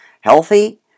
healthy